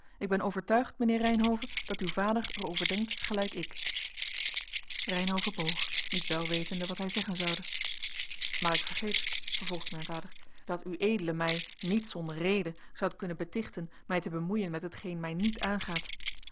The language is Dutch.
ik ben overtuigd mijnheer reynhove dat uw vader er over denkt gelijk ik reynhove boog niet wel wetende wat hij zeggen zoude maar ik vergeet vervolgde mijn vader dat ued mij niet zonder reden zoudt kunnen betichten mij te bemoeien met hetgeen mij niet aangaat